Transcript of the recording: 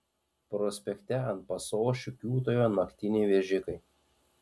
prospekte ant pasosčių kiūtojo naktiniai vežikai